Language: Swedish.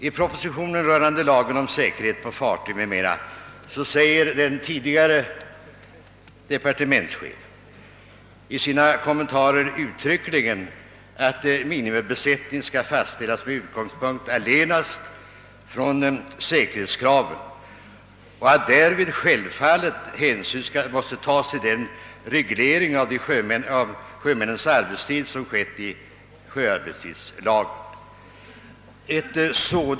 I propositionen rörande lagen om säkerhet på fartyg uttalade dåvarande departementschefen i sina kommentarer uttryckligen att minimibesättning skall fastställas med utgångspunkt allenast från säkerhetskravet och att därvid självfallet hänsyn måste tas till den reglering av sjömännens arbetstid som bestämts i sjöarbetstidslagen.